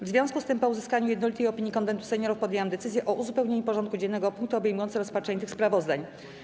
W związku z tym, po uzyskaniu jednolitej opinii Konwentu Seniorów, podjęłam decyzję o uzupełnieniu porządku dziennego o punkty obejmujące rozpatrzenie tych sprawozdań.